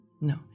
No